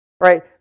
right